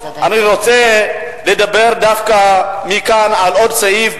אני רוצה לדבר מכאן דווקא על עוד סעיף,